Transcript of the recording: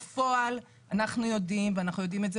בפועל אנחנו יודעים ואנחנו יודעים את זה